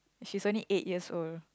she's only eight years old